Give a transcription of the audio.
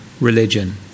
religion